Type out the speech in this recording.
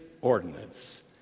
ordinance